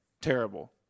Terrible